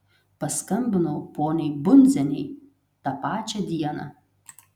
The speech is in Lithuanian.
paskambinau poniai bundzienei tą pačią dieną